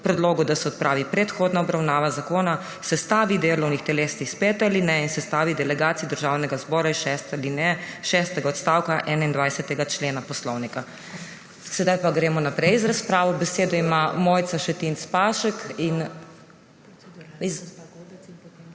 predlog, da se odpravi predhodna obravnava zakona, sestavi delovnih teles iz pete alineje, sestavi delegacij Državnega zbora iz šeste alineje šestega odstavka 21. člena Poslovnika.« Sedaj pa gremo naprej z razpravo. Besedo ima Mojca Šetinc Pašek in